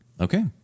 Okay